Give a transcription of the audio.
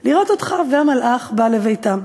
לראות אותך, והמלאך בא לביתם.